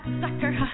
sucker